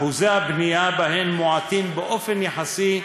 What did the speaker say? אחוזי הבנייה בהן מועטים באופן יחסי,